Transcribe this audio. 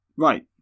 Right